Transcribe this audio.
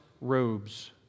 robes